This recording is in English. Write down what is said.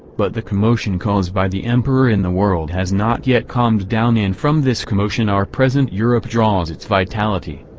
but the commotion cause by the emperor in the world has not yet calmed down and from this commotion our present europe draws its vitality.